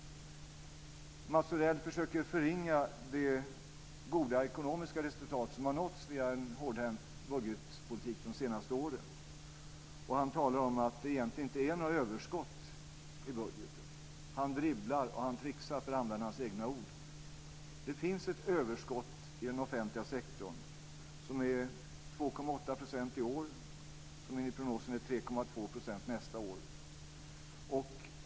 Mats Odell försöker förringa det goda ekonomiska resultat som har nåtts via en hårdhänt budgetpolitik de senaste åren. Han talar om att det egentligen inte är några överskott i budgeten. Han dribblar och tricksar, för att använda hans egna ord. Det finns ett överskott som är 2,8 % i år och som enligt prognosen är 3,2 % nästa år.